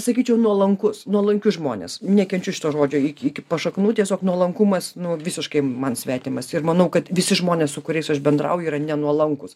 sakyčiau nuolankus nuolankius žmones nekenčiu šito žodžio iki iki pat šaknių tiesiog nuolankumas nu visiškai man svetimas ir manau kad visi žmonės su kuriais aš bendrauju yra nenuolankūs